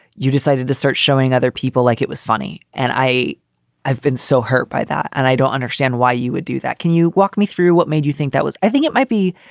you decided to start showing other people like it was funny. and i i've been so hurt by that. and i don't understand why you would do that. can you walk me through what made you think that was? i think it might be.